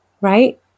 right